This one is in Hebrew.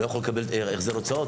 הוא לא יכול לקבל החזר הוצאות?